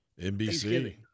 NBC